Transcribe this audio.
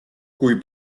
kui